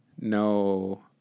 no